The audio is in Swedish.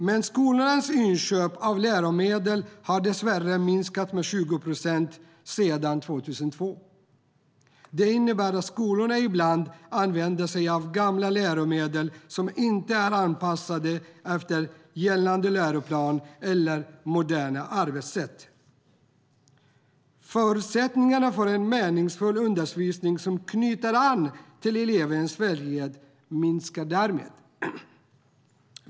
Men skolornas inköp av läromedel har dess värre minskat med 20 procent sedan 2002. Det innebär att skolorna ibland använder sig av gamla läromedel som inte är anpassade efter gällande läroplan eller moderna arbetssätt. Förutsättningarna för en meningsfull undervisning som knyter an till elevernas verklighet minskar därmed.